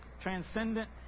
transcendent